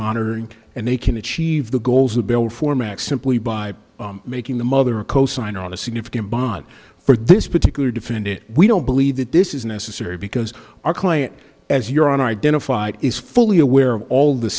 monitoring and they can achieve the goals the bill format simply by making the mother a cosigner on a significant bond for this particular defend it we don't believe that this is necessary because our client as your own identified is fully aware of all the